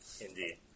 Indeed